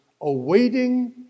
awaiting